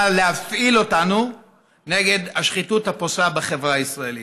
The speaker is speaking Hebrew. להפעיל אותנו נגד השחיתות הפושה בחברה הישראלית.